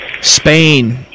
Spain